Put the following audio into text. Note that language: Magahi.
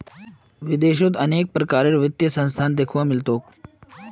विदेशत अनेक प्रकारेर वित्तीय संस्थान दख्वा मिल तोक